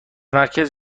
مرکز